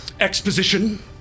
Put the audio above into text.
Exposition